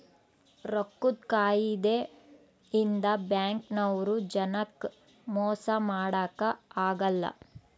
ರೊಕ್ಕದ್ ಕಾಯಿದೆ ಇಂದ ಬ್ಯಾಂಕ್ ನವ್ರು ಜನಕ್ ಮೊಸ ಮಾಡಕ ಅಗಲ್ಲ